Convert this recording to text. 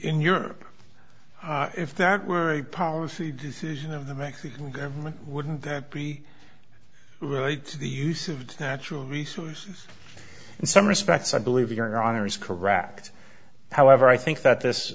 in europe if that were a policy decision of the mexican government wouldn't that be the use of natural resources in some respects i believe your honor is correct however i think that this